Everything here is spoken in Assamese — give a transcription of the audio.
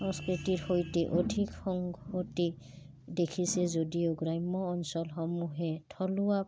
সংস্কৃতিৰ সৈতে অধিক সংঘতে দেখিছে যদিও গ্ৰাম্য অঞ্চলসমূহে থলুৱা